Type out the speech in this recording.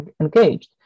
engaged